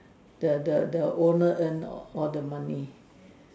the the the owner an or the money